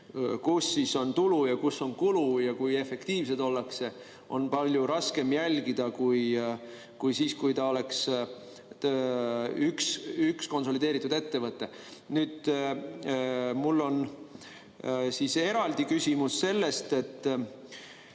kus on tulu ja kus on kulu ja kui efektiivsed ollakse, on palju raskem jälgida kui siis, kui ta oleks üks konsolideeritud ettevõte. Nüüd mul on eraldi küsimus selle